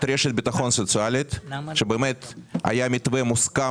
רשת ביטחון סוציאלית שבאמת היה מתווה מוסכם